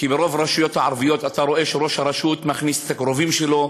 כי ברוב הרשויות הערביות אתה רואה שראש הרשות מכניס את הקרובים שלו,